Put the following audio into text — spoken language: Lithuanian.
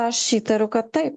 aš įtariu kad taip